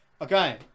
Okay